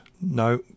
No